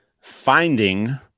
finding